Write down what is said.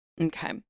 Okay